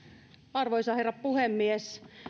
arvoisa herra puhemies